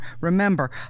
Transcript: remember